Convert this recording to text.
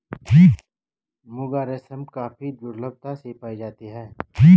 मुगा रेशम काफी दुर्लभता से पाई जाती है